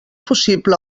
possible